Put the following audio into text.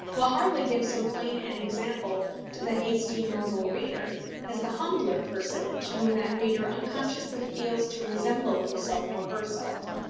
will hardly give so plain an example to the hasty normal reader as the humbler personage whom that reader unconsciously feels to resemble himself or herself.